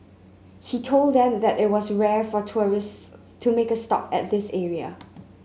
he told them that it was rare for tourists to make a stop at this area